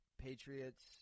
Patriots